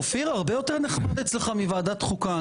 אופיר, הרבה יותר נחמד אצלך מוועדת חוקה.